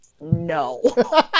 no